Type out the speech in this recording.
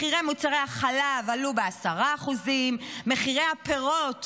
מחירי מוצרי החלב עלו ב-10%; מחירי הפירות,